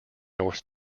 north